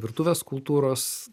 virtuvės kultūros